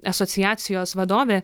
asociacijos vadovė